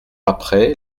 après